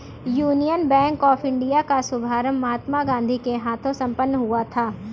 union Bank of India का शुभारंभ महात्मा गांधी के हाथों से संपन्न हुआ था